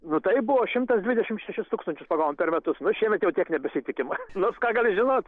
nu taip buvo šimtas dvidešimt šešis tūkstančius pagavom per metus nu šiemet jau tiek nebesitikim nors ką gali žinot